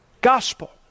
Gospel